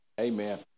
Amen